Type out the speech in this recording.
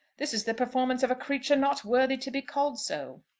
this is the performance of a creature not worthy to be called so.